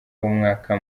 w’umwaka